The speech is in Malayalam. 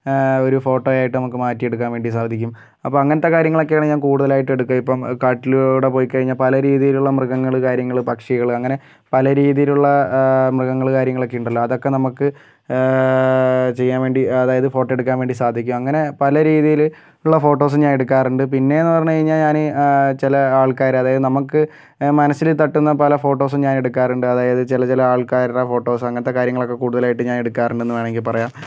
ഒരു ഫോട്ടോയായിട്ട് നമുക്ക് മാറ്റിയെടുക്കാൻ വേണ്ടി സാധിക്കും അപ്പോൾ അങ്ങനത്തെ കാര്യങ്ങളൊക്കെയാണ് ഞാൻ കൂടുത്തതലായിട്ട് എടുക്കുക ഇപ്പം കാട്ടിലൂടെ പോയി കഴിഞ്ഞാൽ പല രീതിയിലുള്ള മൃഗങ്ങള് കാര്യങ്ങള് പക്ഷികള് അങ്ങനെ പല രീതിയിലുള്ള മൃഗങ്ങള് കാര്യങ്ങളൊക്കെയുണ്ടല്ലൊ അതൊക്കെ നമുക്ക് ചെയ്യാൻ വേണ്ടി അതായത് ഫോട്ടോ എടുക്കാൻ വേണ്ടി സാധിക്കും അങ്ങനെ പല രീതിയിലുള്ള ഫോട്ടോസ് ഞാനെടുക്കാറുണ്ട് പിന്നേന്ന് പറഞ്ഞ് കഴിഞ്ഞാൽ ഞാന് ചില ആൾക്കാര് അതായത് നമുക്ക് മനസ്സില് തട്ടുന്ന പല ഫോട്ടോസും ഞാനെടുക്കാറുണ്ട് അതായത് ചില ചില ആൾക്കാരുടെ ഫോട്ടോസ് അങ്ങനത്തെ കാര്യങ്ങളൊക്കെ കൂടുതലായിട്ട് ഞാൻ എടുക്കാറുണ്ട് വേണമെങ്കിൽ പറയാം